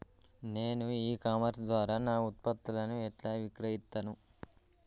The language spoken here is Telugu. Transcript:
నేను ఇ కామర్స్ ద్వారా నా ఉత్పత్తులను ఎట్లా విక్రయిత్తను?